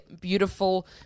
beautiful